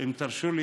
אם תרשו לי,